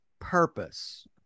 purpose